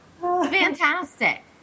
Fantastic